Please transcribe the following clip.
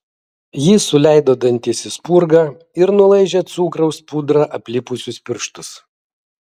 ji suleido dantis į spurgą ir nulaižė cukraus pudra aplipusius pirštus